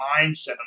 mindset